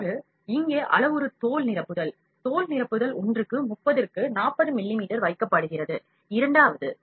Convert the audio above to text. மற்றொரு இங்கே அளவுரு தோல் நிரப்புதல் தோல் நிரப்புதல் ஒன்றுக்கு 30 மற்றும் 40 மில்லிமீட்டர் பெர் செகண்ட க்கு வைக்கப்படுகிறது இரண்டாவது